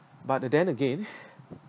but and then again